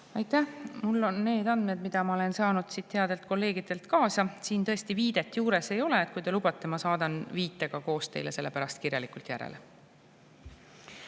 Aitäh! Mul on need andmed, mille ma olen saanud headelt kolleegidelt kaasa, siin tõesti viidet juures ei ole. Kui te lubate, ma saadan selle viitega koos teile pärast kirjalikult.